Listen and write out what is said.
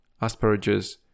asparagus